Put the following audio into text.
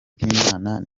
bw’imana